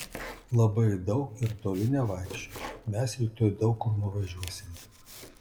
labai daug ir toli nevaikščiok mes rytoj daug kur nuvažiuosime